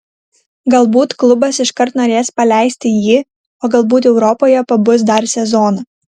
galbūt klubas iškart norės paleisti jį o galbūt europoje pabus dar sezoną